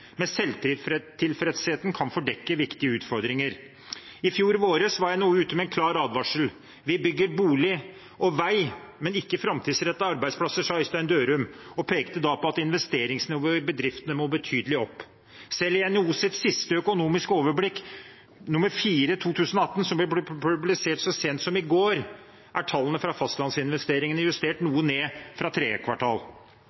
men selvtilfredsheten kan fordekke viktige utfordringer. I fjor vår var NHO ute med en klar advarsel. Vi bygger bolig og vei, men ikke framtidsrettede arbeidsplasser, sa Øystein Dørum, og pekte på at investeringsnivået i bedriftene må betydelig opp. Selv i NHOs siste Økonomisk overblikk 4/2018, som ble publisert så sent som i går, er tallene fra fastlandsinvesteringene justert